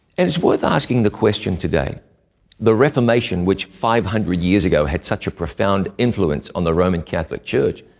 and it's worth asking the question today the reformation which five hundred years ago had such a profound influence on the roman catholic church,